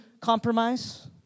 compromise